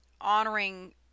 honoring